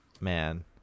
man